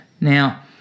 Now